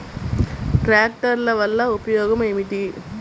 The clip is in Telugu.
ట్రాక్టర్ల వల్ల ఉపయోగం ఏమిటీ?